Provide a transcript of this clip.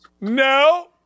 No